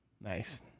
Nice